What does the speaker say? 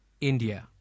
India